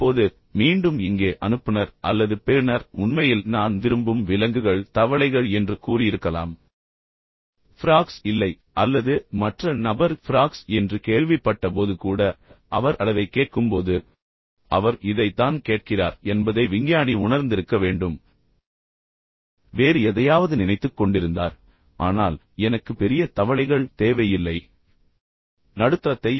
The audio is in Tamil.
இப்போது மீண்டும் இங்கே அனுப்புநர் அல்லது பெறுநர் உண்மையில் நான் விரும்பும் விலங்குகள் தவளைகள் என்று கூறியிருக்கலாம் ஃபிராக்ஸ் இல்லை அல்லது மற்ற நபர் ஃபிராக்ஸ் என்று கேள்விப்பட்டபோது கூட அவர் அளவைக் கேட்கும்போது அவர் இதை தான் என்பதை விஞ்ஞானி உணர்ந்திருக்க வேண்டும் உண்மையில் வேறு எதையாவது நினைத்துக் கொண்டிருந்தார் ஆனால் எனக்கு பெரிய தவளைகள் தேவையில்லை என்று அவர் மீண்டும் நினைத்தார்